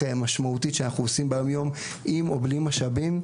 משמעותית שאנחנו עושים ביום-יום עם או בלי משאבים.